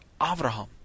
Avraham